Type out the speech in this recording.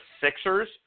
Sixers